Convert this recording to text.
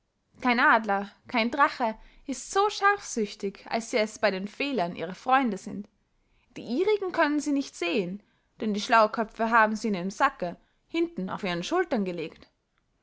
kein adler kein drache ist so scharfsüchtig als sie es bey den fehlern ihrer freunde sind die ihrigen können sie nicht sehen denn die schlauköpfe haben sie in den sacke hinten auf ihren schultern gelegt